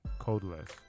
codeless